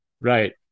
Right